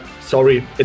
sorry